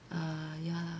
err ya